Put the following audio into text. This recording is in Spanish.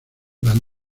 van